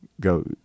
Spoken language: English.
go